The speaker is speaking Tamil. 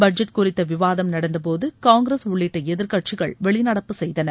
பட்ஜெட் குறித்த விவாதம் நடந்தபோது காங்கிரஸ் உள்ளிட்ட எதிர்க்கட்சிகள் வெளிநடப்பு செய்தன